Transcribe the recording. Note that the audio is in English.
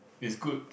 is good